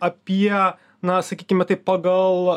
apie na sakykime taip pagal